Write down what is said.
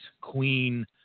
Queen